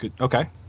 Okay